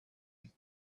and